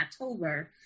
October